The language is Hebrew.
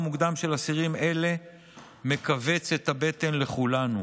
שחרורם המוקדם של אסירים אלו מכווץ את הבטן לכולנו,